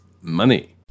Money